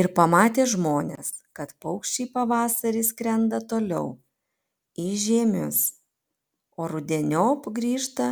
ir pamatė žmonės kad paukščiai pavasarį skrenda toliau į žiemius o rudeniop grįžta